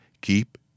Keep